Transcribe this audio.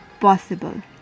possible